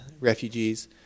refugees